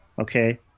okay